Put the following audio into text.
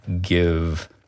give